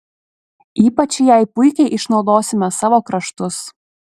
ypač jai puikiai išnaudosime savo kraštus